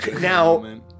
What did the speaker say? now